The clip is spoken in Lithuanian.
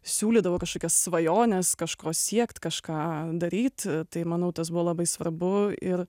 siūlydavo kažkokias svajones kažko siekt kažką daryt tai manau tas buvo labai svarbu ir